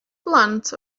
blant